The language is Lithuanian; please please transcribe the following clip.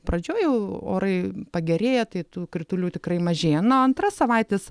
pradžioj jau orai pagerėja tai tų kritulių tikrai mažėja na o antra savaitės